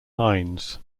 hines